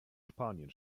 spanien